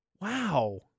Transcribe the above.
wow